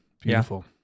beautiful